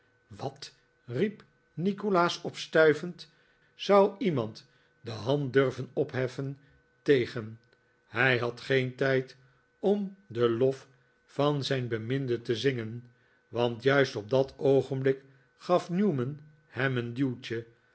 wat riep nikolaas opstuivend zou iemand de hand durven opheffen tegen hij had geen tijd om den lof van zijn beminde te zingen want juist op dat oogenblik gaf newman hem een duwtje